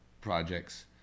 projects